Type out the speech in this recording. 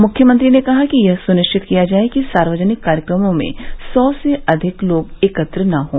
मुख्यमंत्री ने कहा कि यह सुनिश्चित किया जाए कि सार्वजनिक कार्यक्रमों में सौ से अधिक लोग एकत्र न हों